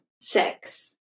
six